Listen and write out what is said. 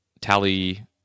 tally